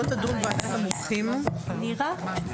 לא תדון ועדת המומחים בבקשה נוספת של מבקש